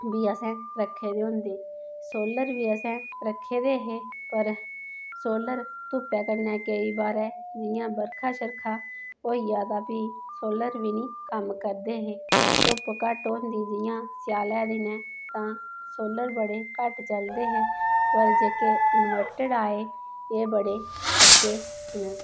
बी असें रक्खे दे होंदे सोलर बी असें रक्खे दे हे पर सोलर धुप्पै कन्नै केईं बारी जियां बरखा शरखा होई जा तां फ्ही सोलर बी नी कम्म करदे हे धुप्प घट्ट होंदी जियां स्यालें दे दिनें तां सोलर बड़े घट्ट चलदे हे पर जेह्के इनवर्टर आए एह् बड़े अच्छे न